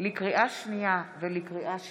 לקריאה שנייה ולקריאה שלישית,